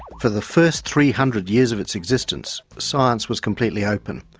for the first three hundred years of its existence, science was completely open.